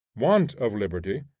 want of liberty,